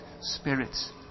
spirits